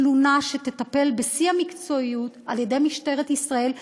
תלונה שתטופל בשיא המקצועיות על-ידי משטרת ישראל,